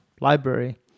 library